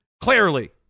clearly